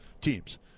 teams